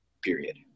period